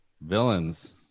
Villains